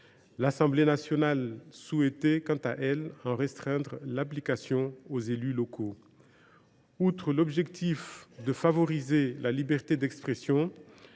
L’Assemblée nationale souhaitait, quant à elle, en restreindre l’application aux élus locaux. Outre l’objectif de favoriser la liberté d’expression,